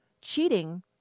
Cheating